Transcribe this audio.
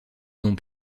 dont